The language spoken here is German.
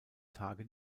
tage